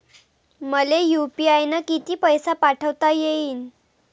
मले यू.पी.आय न किती पैसा पाठवता येईन?